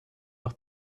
auch